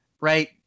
Right